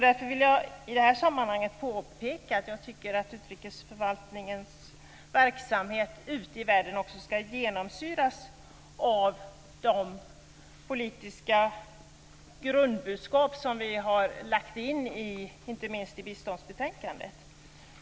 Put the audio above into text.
Därför vill jag i det här sammanhanget påpeka att jag tycker att utrikesförvaltningens verksamhet ute i världen ska genomsyras av de politiska grundbudskap som vi har lagt in inte minst i biståndsbetänkandet.